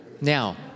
Now